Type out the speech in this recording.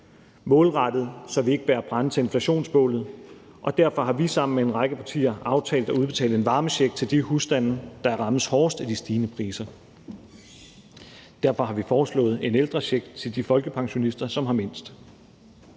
målrettet, så vi ikke bærer brænde til inflationsbålet – og derfor har vi sammen med en række partier aftalt at udbetale en varmecheck til de husstande, der rammes hårdest af de stigende priser. Derfor har vi foreslået en ældrecheck til de folkepensionister, som har mindst.